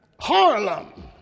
Harlem